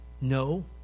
No